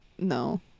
no